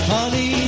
Honey